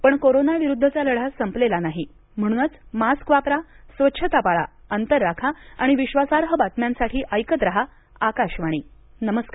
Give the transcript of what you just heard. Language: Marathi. पण कोरोना विरुद्धचा लढा संपलेला नाही म्हणूनच मास्क वापरा स्वच्छता पाळा अंतर राखा आणि विश्वासार्ह बातम्यांसाठी ऐकत राहा आकाशवाणी नमस्कार